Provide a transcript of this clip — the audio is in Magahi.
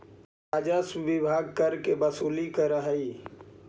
राजस्व विभाग कर के वसूली करऽ हई